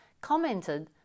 commented